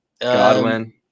Godwin